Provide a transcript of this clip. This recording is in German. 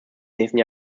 nächsten